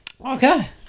okay